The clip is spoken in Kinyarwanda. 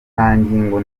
ngingo